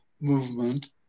movement